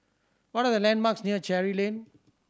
what are the landmarks near Cherry Avenue